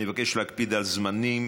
אני מבקש להקפיד על זמנים.